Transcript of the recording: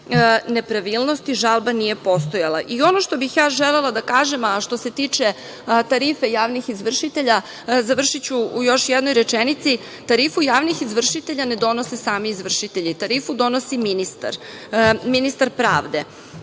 što bih ja želela da kažem, a što se tiče tarife javnih izvršitelja, završiću u još jednoj rečenici, tarifu javnih izvršitelja ne donose sami izvršitelji, tarifu donosi ministar pravde. Poslednje